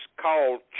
called